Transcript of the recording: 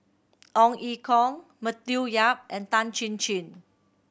Ong Ye Kung Matthew Yap and Tan Chin Chin